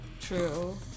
true